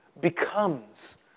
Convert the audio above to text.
becomes